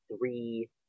three